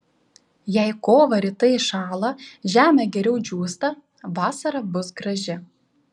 jei kovą rytais šąla žemė geriau džiūsta vasara bus graži